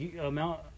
amount